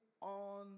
on